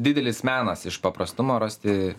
didelis menas iš paprastumo rasti